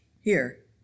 Here